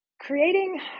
creating